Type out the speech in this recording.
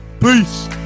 Peace